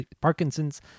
Parkinson's